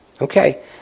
Okay